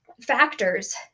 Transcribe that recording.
factors